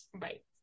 right